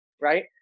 right